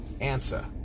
answer